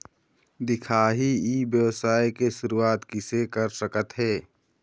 दिखाही ई व्यवसाय के शुरुआत किसे कर सकत हे?